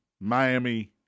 Miami